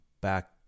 back